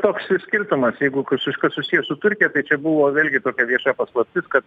toks ir skirtumas jeigu viskas susiję su turkija tai čia buvo vėlgi tokia vieša paslaptis kad